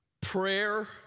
Prayer